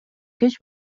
кеч